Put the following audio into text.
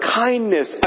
kindness